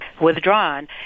withdrawn